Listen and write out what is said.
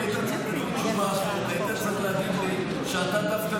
היית צריך להגיד לי שאתה דווקא,